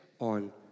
on